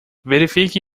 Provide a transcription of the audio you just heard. verifique